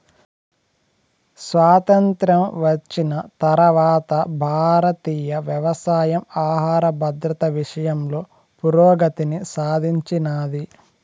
స్వాతంత్ర్యం వచ్చిన తరవాత భారతీయ వ్యవసాయం ఆహర భద్రత విషయంలో పురోగతిని సాధించినాది